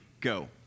Go